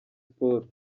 sports